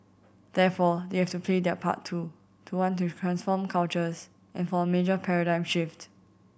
therefore they have to play their part too to want to transform cultures and for a major paradigm shift